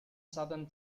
southern